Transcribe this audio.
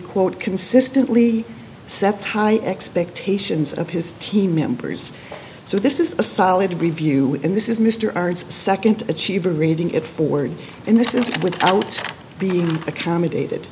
quote consistently sets high expectations of his team members so this is a solid to be view and this is mr ards second to achieve a reading it forward in this is without being accommodated